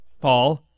Paul